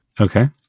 Okay